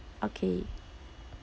okay